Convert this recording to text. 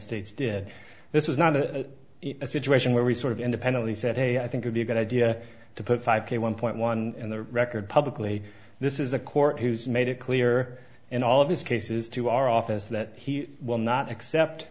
states did this is not a situation where we sort of independently said hey i think would be a good idea to put five k one point one in the record publicly this is a court who's made it clear in all of these cases to our office that he will not accept